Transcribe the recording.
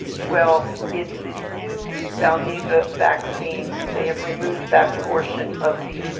well, in this new valneva vaccine they have removed that portion of the.